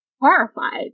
horrified